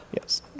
Yes